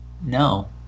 No